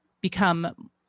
become